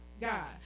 God